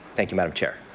thank you, madam chair.